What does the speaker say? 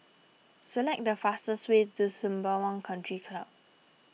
select the fastest way to Sembawang Country Club